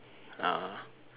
uh